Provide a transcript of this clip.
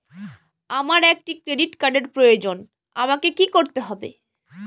আমার একটি ক্রেডিট কার্ডের প্রয়োজন আমাকে কি করতে হবে?